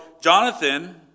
Jonathan